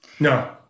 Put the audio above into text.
No